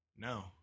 No